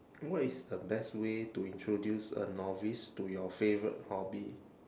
what is the best way to introduce a novice to your favourite hobby